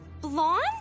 blonde